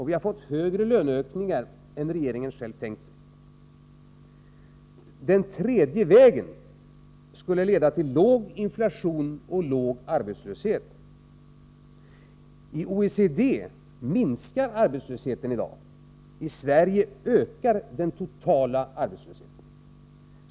Vi har fått högre löneökningar än regeringen själv hade tänkt sig. Den tredje vägen skulle leda till låg inflation och låg arbetslöshet. I OECD-länderna minskar arbetslösheten i dag. I Sverige ökar den totala arbetslösheten.